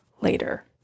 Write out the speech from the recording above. later